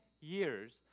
years